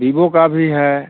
बिबो का भी है